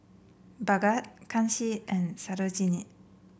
Bhagat Kanshi and Sarojini